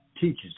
teaches